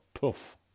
puff